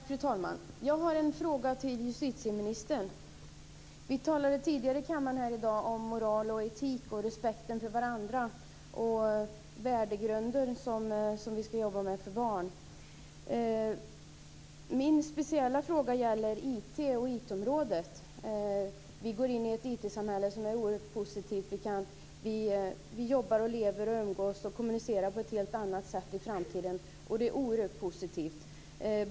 Fru talman! Jag har en fråga till justitieministern. Vi talade tidigare här i kammaren i dag om moral och etik, om respekten för varandra och om den värdegrund vi ska jobba med när det gäller barn. Min speciella fråga gäller IT-området. Vi går in i ett IT-samhälle som är oerhört positivt. Vi jobbar, lever, umgås och kommunicerar på ett helt annat sätt i framtiden. Det är oerhört positivt.